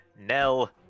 Nell